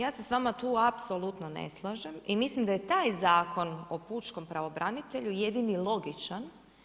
Ja se s vama tu apsolutno ne slažem i mislim da je taj zakon o pučkom pravobranitelju jedino logičan.